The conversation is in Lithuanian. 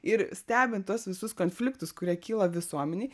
ir stebint tuos visus konfliktus kurie kyla visuomenei